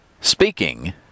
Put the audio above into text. speaking